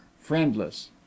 friendless